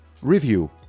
Review